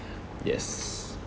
yes